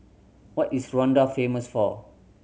what is Rwanda famous for